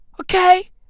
Okay